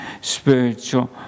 spiritual